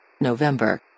November